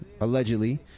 allegedly